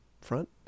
front